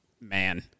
man